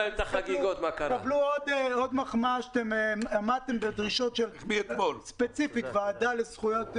קבלו עוד מחמאה שעמדתם בדרישה ספציפית של הוועדה לזכויות הילד.